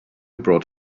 brought